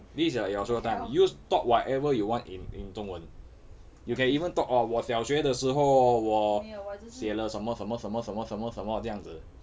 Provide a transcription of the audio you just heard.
this is like your showtime use talk whatever you want in in 中文 you can even talk oh 我小学的时候我写了什么什么什么什么酱子